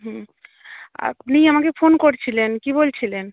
হুম আপনি আমাকে ফোন করছিলেন কী বলছিলেন